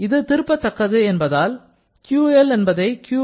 இது திருப்பதக்கது என்பதால் QL என்பதை QLrev